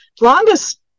longest